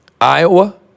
iowa